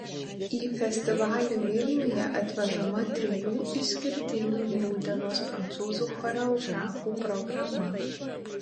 į festivalį vilniuje atvežama trijų išskirtinių nūdienos prancūzų choreografų programa